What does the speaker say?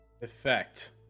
Effect